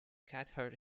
cathcart